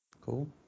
cool